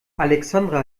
alexandra